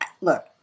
look